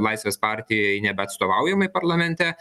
laisvės partijai nebeatstovaujamai parlamente